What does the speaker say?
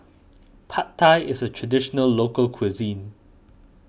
Pad Thai is a Traditional Local Cuisine